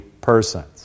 persons